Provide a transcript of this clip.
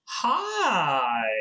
Hi